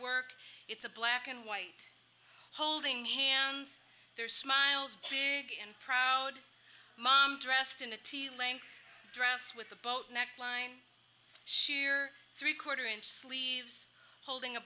work it's a black and white holding hands there's smiles big and proud mom dressed in a t lame dress with a boat neckline sheer three quarter inch sleeves holding a